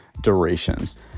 durations